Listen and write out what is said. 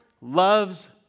loves